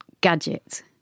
gadget